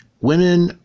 Women